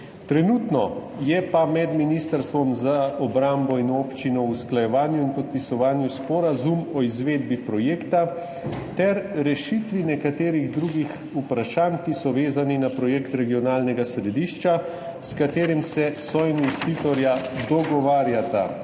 Trenutno je pa med ministrstvom za obrambo in občino v usklajevanju in podpisovanju sporazum o izvedbi projekta ter rešitvi nekaterih drugih vprašanj, ki so vezana na projekt regionalnega središča, s katerim se soinvestitorja dogovarjata,